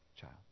child